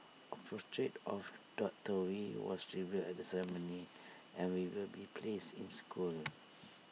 A portrait of doctor wee was revealed at the ceremony and we will be placed in the school